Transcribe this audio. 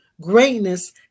Greatness